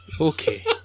Okay